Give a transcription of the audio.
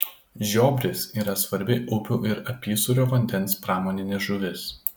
žiobris yra svarbi upių ir apysūrio vandens pramoninė žuvis